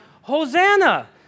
Hosanna